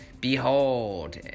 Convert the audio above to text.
behold